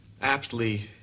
aptly